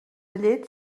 llet